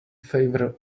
favor